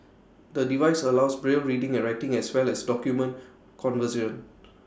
the device allows braille reading and writing as well as document conversion